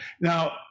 Now